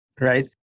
Right